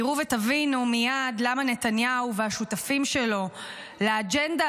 תראו ותבינו מייד למה נתניהו והשותפים שלו לאג'נדה